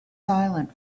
silent